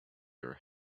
your